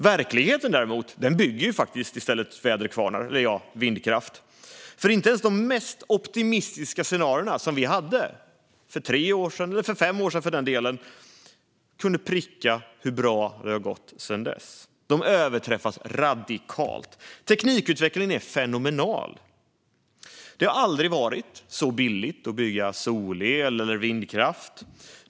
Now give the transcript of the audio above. Verkligheten bygger i stället väderkvarnar, eller vindkraft. För inte ens de mest optimistiska scenarierna, som vi hade för tre eller fem år sedan, kunde pricka in hur bra det har gått sedan dess. De överträffas radikalt. Teknikutvecklingen är fenomenal. Det har aldrig varit så billigt att bygga solel eller vindkraft.